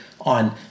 on